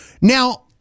Now